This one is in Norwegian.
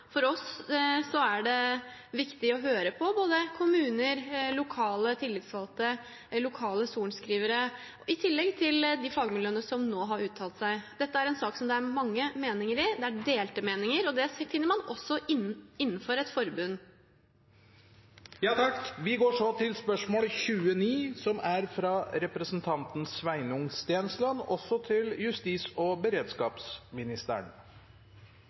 For oss er det viktig å høre på både kommuner, lokale tillitsvalgte og lokale sorenskrivere i tillegg til de fagmiljøene som nå har uttalt seg. Dette er en sak det er mange meninger i. Det er delte meninger, og det finner man også innenfor et forbund. Vi går så til spørsmål 29. «Etter høstens skyteepisoder i Oslo sier politimester Beate Gangås til